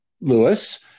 Lewis